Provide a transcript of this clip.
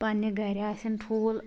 پننہِ گھرِ آسیٚن ٹھوٗل